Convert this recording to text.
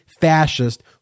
fascist